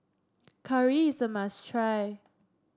curry is a must try